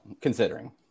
considering